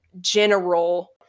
general